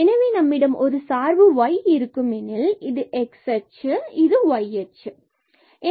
எனவே நம்மிடம் ஒரு சார்பு y இருக்கும் எனில் இதுx அச்சு மற்றும் இது y அச்சு ஆகும்